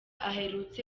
aherutse